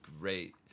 great